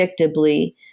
predictably